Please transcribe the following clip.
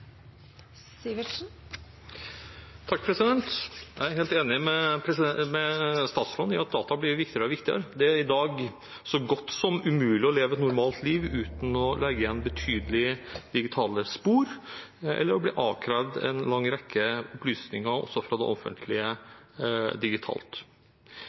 i dag så godt som umulig å leve et normalt liv uten å legge igjen betydelig med digitale spor eller bli avkrevd en lang rekke opplysninger, også fra det